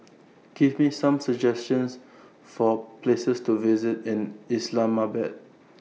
Give Me Some suggestions For Places to visit in Islamabad